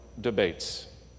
debates